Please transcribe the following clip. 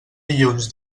dilluns